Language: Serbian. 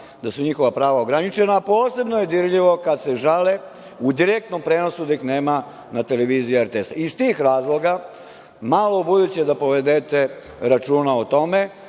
da su njihova prava ograničena, a posebno je dirljivo kad se žale u direktnom prenosu da ih nema na Televiziji RTS. Iz tih razloga, malo ubuduće da povedete računa o tome